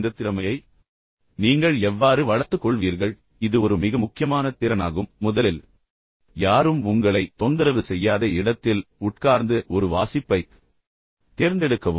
இந்த திறமையை நீங்கள் எவ்வாறு வளர்த்துக் கொள்வீர்கள் இது ஒரு மிக முக்கியமான திறனாகும் முதலில் யாரும் உங்களைத் தொந்தரவு செய்யாத இடத்தில் உட்கார்ந்து ஒரு வாசிப்பைத் தேர்ந்தெடுக்கவும்